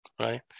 right